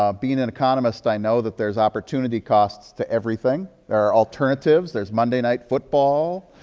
um being an economist, i know that there's opportunity costs to everything. there are alternatives. there's monday night football,